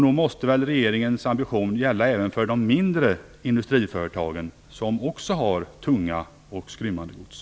Nog måste väl regeringens ambition gälla även för de mindre industriföretag som också har tungt och skrymmande gods?